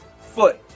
foot